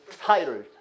title